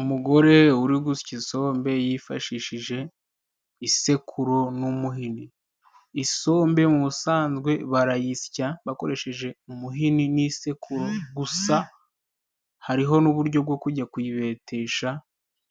umugore uri gusya isombe yifashishije isekuru n'umuhini. Isombe mu busanzwe barayisya bakoresheje umuhini n'isekuru, gusa hariho n'uburyo bwo kujya kuyibetesha